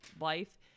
life